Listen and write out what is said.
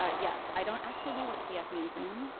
ah yeah, i don't actually know what cf means. leona?